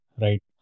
right